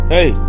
Hey